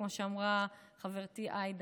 כמו שאמרה חברתי עאידה,